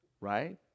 right